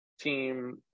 team